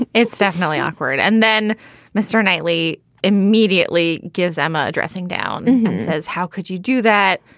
and it's definitely awkward. and then mr. knightley immediately gives emma a dressing down and says, how could you do that?